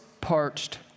parched